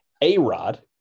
A-Rod